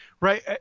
Right